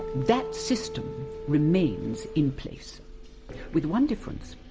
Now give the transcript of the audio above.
that system remains in place with one difference.